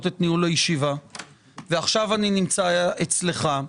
את ניהול הישיבה ועכשיו אני נמצא אצלך,